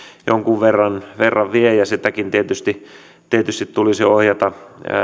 jonkun verran verran vievät ja sitäkin tietysti tietysti tulisi ohjata